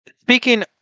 Speaking